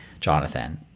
jonathan